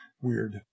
weird